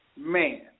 Man